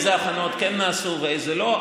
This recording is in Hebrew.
איזה הכנות נעשו ואיזה לא.